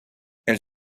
elle